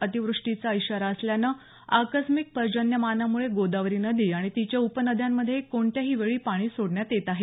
अतीवृष्टीचा इशारा असल्यानं आकस्मिक पर्जन्यमानामुळे गोदावरी नदी आणि तिच्या उपनद्यांमधे कोणत्याही वेळी पाणी सोडण्यात येत आहे